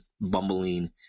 bumbling